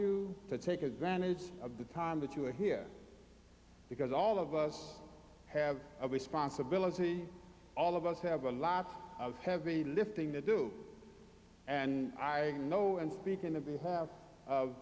you to take advantage of the time that you're here because all of us have a responsibility all of us have a lot of heavy lifting to do and i know and speaking of